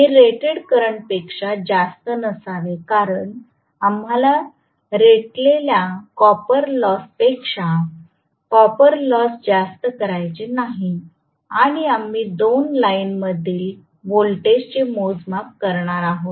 हे rated current पेक्षा जास्त नसावे कारण आम्हाला रेटलेल्या कॉपर लॉस पेक्षा कॉपर लॉस जास्त करायचे नाही आणि आम्ही 2 लाइन मधील व्होल्टेजचे मोजमाप करणार आहोत